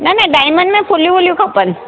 न न डायमंड में फुलियूं वुलियूं खपनि